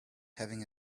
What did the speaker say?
having